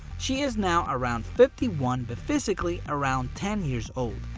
she is now around fifty one, but physically around ten years old.